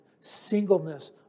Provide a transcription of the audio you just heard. singleness